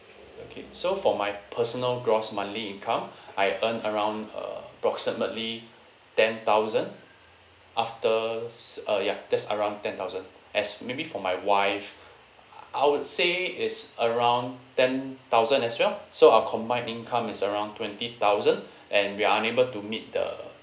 okay so for my personal gross monthly income I earn around uh approximately ten thousand after uh ya that's around ten thousand as maybe for my wife I would say it's around ten thousand as well so our combined income is around twenty thousand and we unable to meet the